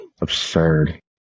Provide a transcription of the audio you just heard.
absurd